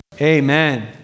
amen